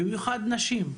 במיוחד נשים,